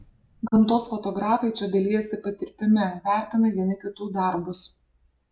gamtos fotografai čia dalijasi patirtimi vertina vieni kitų darbus